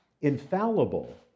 infallible